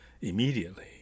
immediately